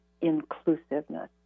inclusiveness